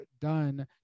done